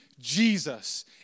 Jesus